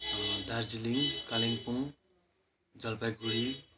Darjeeling Kalimpong Jalpaiguri